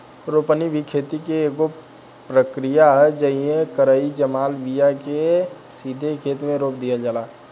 रोपनी भी खेती के एगो प्रक्रिया ह, जेइमे जरई जमाल बिया के सीधे खेते मे रोप दिहल जाला